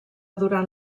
durant